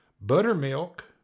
buttermilk